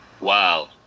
Wow